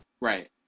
Right